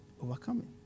Overcoming